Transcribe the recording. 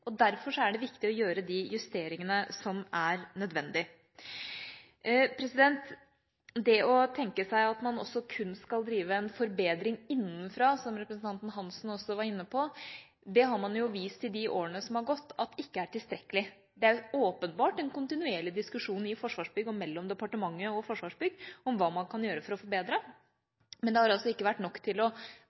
og derfor er det viktig å gjøre de justeringene som er nødvendige. Det å tenke seg at man kun skal drive en forbedring innenfra, som representanten Hansen også var inne på, har vist seg i de årene som har gått, ikke å være tilstrekkelig. Det er åpenbart en kontinuerlig diskusjon i Forsvarsbygg og mellom departementet og Forsvarsbygg om hva man kan gjøre for å forbedre, men det har ikke vært nok til både å